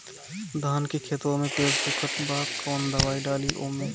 धान के खेतवा मे पेड़ सुखत बा कवन दवाई डाली ओमे?